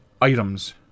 items